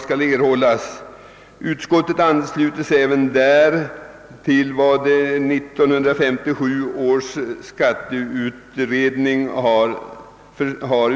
Utskottsmajoriteten ansluter sig även därvidlag till vad 1957 års skatteutredning uttalat.